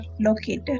located